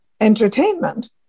entertainment